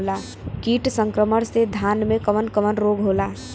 कीट संक्रमण से धान में कवन कवन रोग होला?